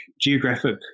geographic